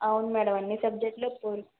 అవును మేడం అన్నీ సబ్జెక్టులు పూర్